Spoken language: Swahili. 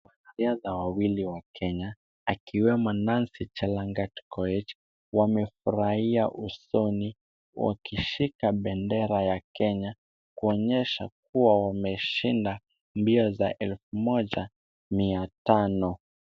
Wanariadha wawili wa Kenya akiwemo Nancy Chelangat Koech, wamefurahia usoni wakishika bendera ya Kenya kuonyesha kuwa wameshinda mbio za 1500.